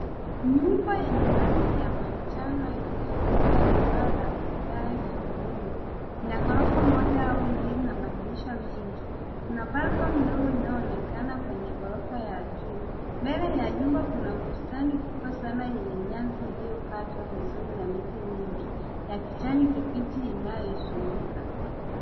Nyumba yenye rangi ya manjano iliyokolea na paa la vigae vya udongo na ghorofa moja au mbili na madirisha mengi kuna [cs ] balcon ndogo inayo onekana kwenye ghorofa ya juu. Mbele ya nyumba kuna bustani kubwa sana yenye nyasi ilio katwa vizuri na miti mingi ya kijani kibichi inayoizunguka.